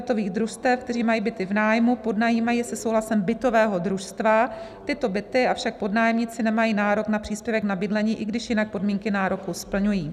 Členové bytových družstev, kteří mají byty v nájmu, podnajímají je se souhlasem bytového družstva, tyto byty, avšak podnájemníci nemají nárok na příspěvek na bydlení, i když jinak podmínky nároku splňují.